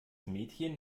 mädchen